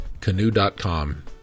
Canoe.com